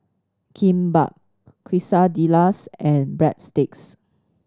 Kimbap Quesadillas and Breadsticks